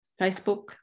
Facebook